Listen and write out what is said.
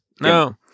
No